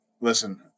Listen